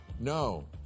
No